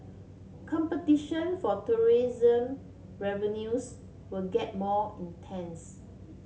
competition for tourism revenues will get more intense